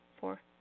four